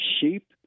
sheep